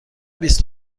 بیست